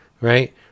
right